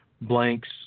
blanks